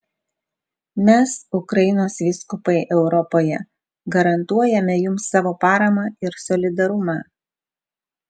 mes ukrainos vyskupai europoje garantuojame jums savo paramą ir solidarumą